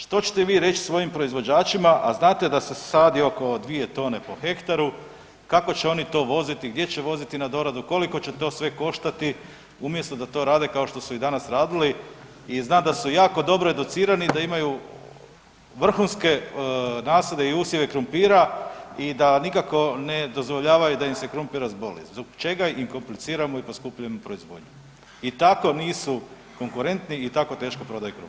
Što ćete vi reć svojim proizvođačima, a znate da se sadi oko dvije tone po hektaru, kako će oni to voziti, gdje će voziti na doradu, koliko će to sve koštati umjesto da to rade kao što su i danas radili i znam da su jako dobro educirani i da imaju vrhunske nasade i usjeve krumpira i da nikako ne dozvoljavaju da im se krumpir razboli, zbog čega im kompliciramo i poskupljujemo proizvodnju i tako nisu konkurentni i tako teško prodaju krumpir?